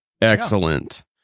Excellent